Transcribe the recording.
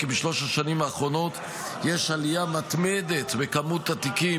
כי בשלוש השנים האחרונות יש עלייה מתמדת בכמות התיקים